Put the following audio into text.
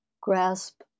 grasp